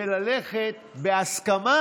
וללכת בהסכמה